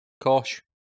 Kosh